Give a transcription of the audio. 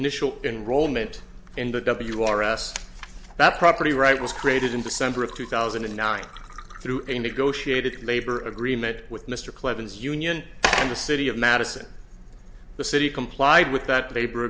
initial enrollment in the w r s that property right was created in december of two thousand and nine through a negotiated labor agreement with mr clemens union in the city of madison the city complied with that